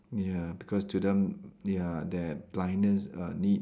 ya because to them ya their blindness err need